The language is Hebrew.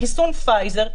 בחיסון פייזר,